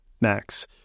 Max